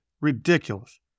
Ridiculous